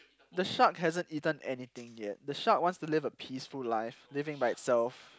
the shark hasn't eaten anything yet the shark wants to live a peaceful life living by itself